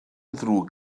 ddrwg